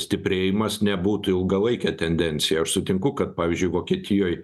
stiprėjimas nebūtų ilgalaikė tendencija aš sutinku kad pavyzdžiui vokietijoj